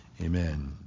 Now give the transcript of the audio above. Amen